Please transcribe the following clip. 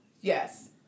Yes